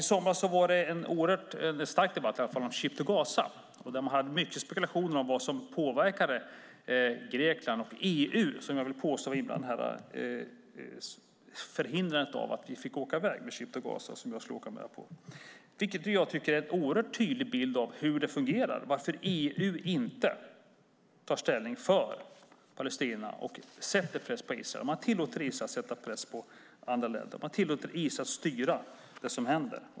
I somras var det en stark debatt om Ship to Gaza. Det var mycket spekulationer om vad som påverkade Grekland och EU, som jag vill påstå var inblandade i förhindrandet av att vi fick åka i väg med Ship to Gaza, som jag skulle ha åkt med på. Jag tycker att det är en oerhört tydlig bild av hur det fungerar och varför EU inte tar ställning för Palestina och sätter press på Israel. Man tillåter Israel sätta press på andra länder. Man tillåter Israel styra det som händer.